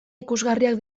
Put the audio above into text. ikusgarriak